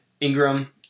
Ingram